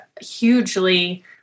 hugely